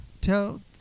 tell